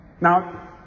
Now